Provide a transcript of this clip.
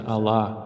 Allah